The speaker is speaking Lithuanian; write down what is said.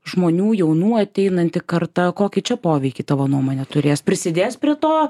žmonių jaunų ateinanti karta kokį čia poveikį tavo nuomone turės prisidės prie to